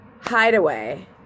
hideaway